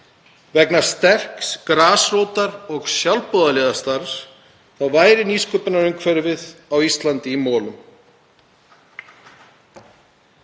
vegna sterks grasrótar- og sjálfboðaliðastarfs væri nýsköpunarumhverfið á Íslandi í molum.